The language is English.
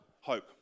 Hope